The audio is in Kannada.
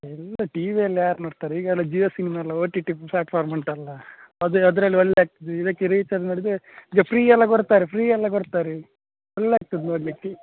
ಇಲ್ಲ ಟಿವಿಯಲ್ಲಿ ಯಾರು ನೋಡ್ತಾರೆ ಈಗ ಎಲ್ಲ ಜಿಯೋ ಸಿನ್ಮ ಎಲ್ಲ ಓ ಟಿ ಟಿ ಫ್ಲಾಟ್ಫಾರ್ಮ್ ಉಂಟಲ್ಲ ಅದೇ ಅದ್ರಲ್ಲಿ ಒಳ್ಳೆ ಆಗ್ತದೆ ಇದಕ್ಕೆ ರಿಚಾರ್ಜ್ ಮಾಡಿದರೆ ಈಗ ಫ್ರೀ ಎಲ್ಲ ಕೊಡ್ತಾರೆ ಫ್ರೀ ಎಲ್ಲ ಕೊಡ್ತಾರೆ ಒಳ್ಳೆ ಆಗ್ತದೆ ನೋಡಲಿಕ್ಕೆ